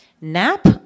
Nap